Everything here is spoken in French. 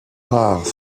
rares